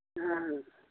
ꯑ